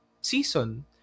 season